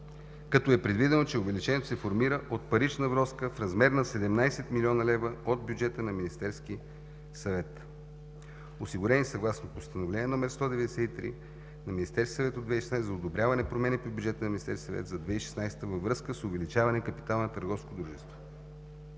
като е предвидено, че увеличението се формира от парична вноска в размер на 17 млн. лв. от бюджета на Министерския съвет, осигурени съгласно Постановление № 193 на Министерския съвет от 2016 г. за одобряване промени в бюджета на Министерския съвет за 2016 г. във връзка с увеличаване капитала на търговско дружество.